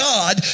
God